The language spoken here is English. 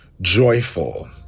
joyful